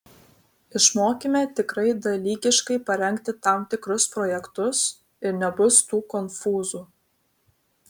išmokime tikrai dalykiškai parengti tam tikrus projektus ir nebus tų konfūzų